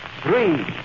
three